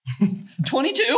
22